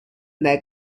their